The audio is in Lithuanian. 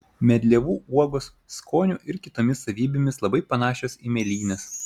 medlievų uogos skoniu ir kitomis savybėmis labai panašios į mėlynes